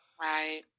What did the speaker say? right